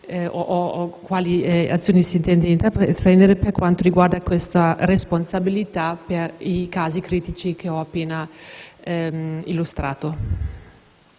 e quali azioni si pensa di intraprendere per quanto riguarda questa responsabilità per i casi critici appena illustrati.